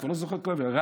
אני כבר לא זוכר, רע"מ.